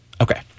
Okay